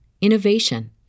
innovation